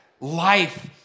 Life